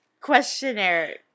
Questionnaire